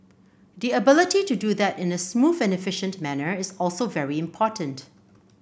the ability to do that in a smooth and efficient manner is also very important